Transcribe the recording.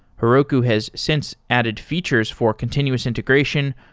heroku has since added features for continuous integration,